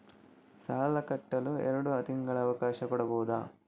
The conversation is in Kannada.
ಸಾಲ ಕಟ್ಟಲು ಎರಡು ತಿಂಗಳ ಅವಕಾಶ ಕೊಡಬಹುದಾ?